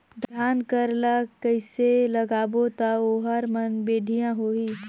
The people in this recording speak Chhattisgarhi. धान कर ला कइसे लगाबो ता ओहार मान बेडिया होही?